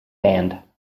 band